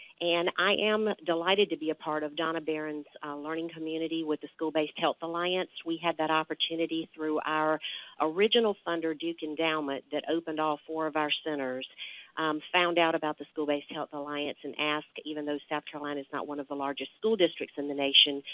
and i am delighted to be a part of donna behrens' learning community with the school-based health alliance. we had that opportunity through our original funder, duke endowment, that opened all four of our centers. we found out about the school based health alliance and asked, even though south carolina is not one of the largest school districts in the nation,